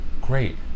great